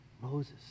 Moses